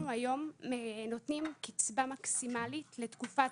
אנחנו נותנים היום קצבה מקסימלית לתקופת